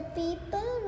people